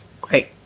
Great